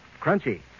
crunchy